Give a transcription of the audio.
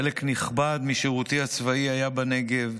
חלק נכבד משירותי הצבאי היה בנגב,